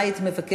מה היית מבקשת?